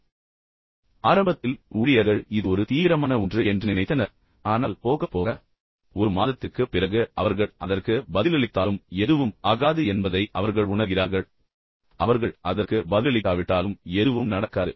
இப்போது ஆரம்பத்தில் ஊழியர்கள் இது ஒரு தீவிரமான ஒன்று என்று நினைத்தனர் ஆனால் போகப் போக ஒரு மாதத்திற்குப் பிறகு அவர்கள் அதற்கு பதிலளித்தாலும் எதுவும் அகாது என்பதை அவர்கள் உணர்கிறார்கள் அவர்கள் அதற்கு பதிலளிக்காவிட்டாலும் எதுவும் நடக்காது